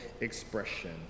expression